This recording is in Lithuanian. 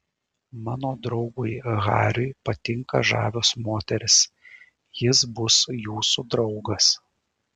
mano draugui hariui patinka žavios moterys jis bus jūsų draugas